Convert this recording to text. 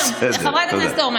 חברת הכנסת עומר